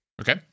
Okay